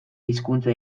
hizkuntza